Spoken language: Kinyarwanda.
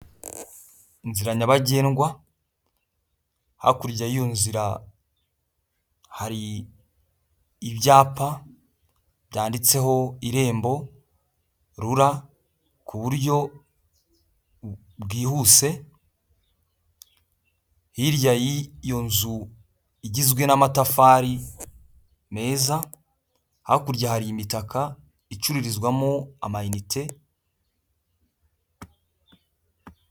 Inzira nyabagendwa hakurya y'iyo nzira hari ibyapa byanditseho irembo rura ku buryo bwihuse hirya y'iyo nzu igizwe n'amatafari meza, hakurya hari imitaka icururizwamo amayinite.